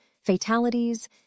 fatalities